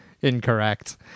incorrect